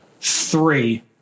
three